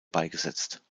beigesetzt